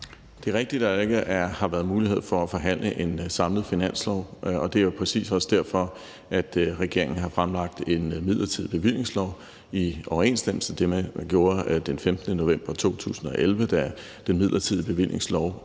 Det er rigtigt, at der ikke har været mulighed for at forhandle en samlet finanslov, og det er præcis også derfor, at regeringen har fremsat en midlertidig bevillingslov. Det er i overensstemmelse med, hvad man gjorde den 15. november 2011, da et forslag til den midlertidige bevillingslov for